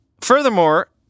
furthermore